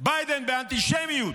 ביידן באנטישמיות,